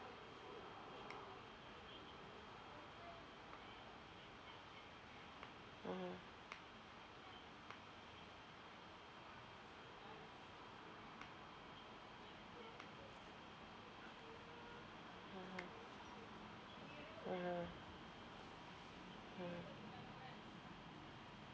mmhmm mmhmm mmhmm hmm